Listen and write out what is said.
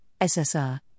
SSR